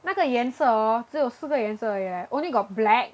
那个颜色 hor 只有四个颜色而已 leh only got black